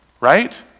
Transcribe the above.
Right